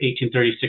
1836